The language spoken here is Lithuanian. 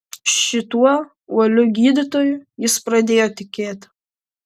šituo uoliu gydytoju jis pradėjo tikėti